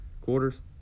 quarters